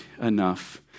enough